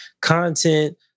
Content